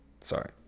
Sorry